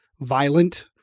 violent